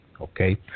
Okay